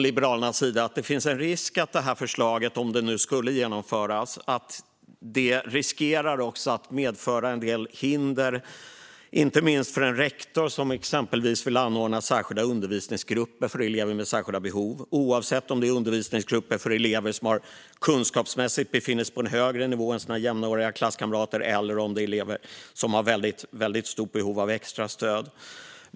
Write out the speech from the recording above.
Liberalerna menar att om förslaget genomförs riskerar det att medföra en del hinder, inte minst för en rektor som exempelvis vill anordna särskilda undervisningsgrupper för elever med särskilda behov, oavsett om det är undervisningsgrupper för elever som kunskapsmässigt befinner sig på en högre nivå än sina jämnåriga klasskamrater eller om det är elever som har väldigt stort behov av extrastöd.